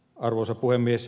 arvoisa puhemies